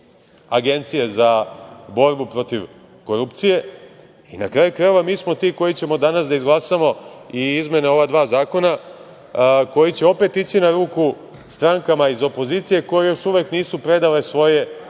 Agencije za borbu protiv korupcije i na kraju krajeva mi smo ti koji ćemo danas da izglasamo i izmene ova dva zakona koji će opet ići naruku strankama iz opozicije koje još uvek nisu predale svoje